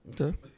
Okay